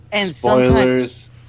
Spoilers